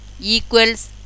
equals